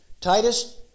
Titus